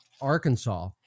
Arkansas